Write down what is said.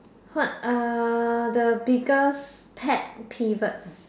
what are the biggest pet peeves